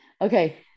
okay